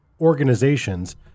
organizations